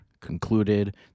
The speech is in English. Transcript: concluded